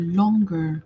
longer